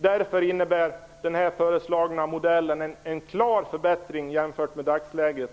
Därför innebär den föreslagna modellen en klar förbättring jämfört med dagsläget.